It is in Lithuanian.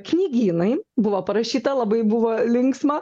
knygynai buvo parašyta labai buvo linksma